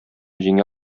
җиңә